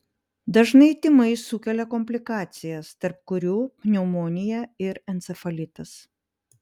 dažnai tymai sukelia komplikacijas tarp kurių pneumonija ir encefalitas